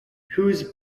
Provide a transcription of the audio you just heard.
whose